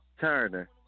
Turner